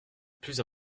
plus